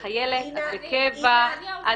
אני חיילת, את בקבע?